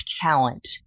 talent